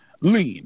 Lean